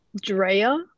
Drea